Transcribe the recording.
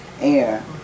air